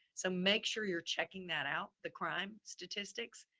so make sure you're checking that out. the crime statistics,